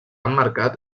emmarcat